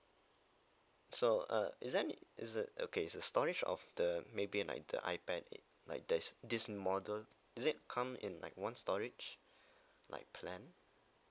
so uh is there any is it okay is storage of the maybe like the iPad like there's this model is it come in like one storage like plan